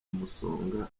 umusonga